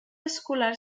escolar